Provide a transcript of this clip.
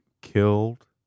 killed